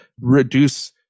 reduce